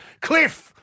Cliff